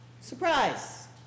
surprise